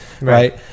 right